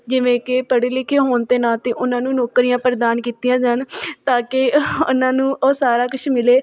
ਜਿਵੇਂ ਕਿ ਪੜ੍ਹੇ ਲਿਖੇ ਹੋਣ ਦੇ ਨਾਤੇ ਉਹਨਾਂ ਨੂੰ ਨੌਕਰੀਆਂ ਪ੍ਰਦਾਨ ਕੀਤੀਆਂ ਜਾਣ ਤਾਂ ਕਿ ਉਹਨਾਂ ਨੂੰ ਉਹ ਸਾਰਾ ਕੁਛ ਮਿਲੇ